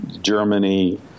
Germany